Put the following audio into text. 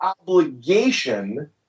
obligation